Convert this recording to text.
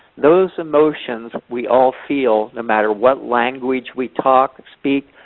those emotions we all feel no matter what language we talk, speak,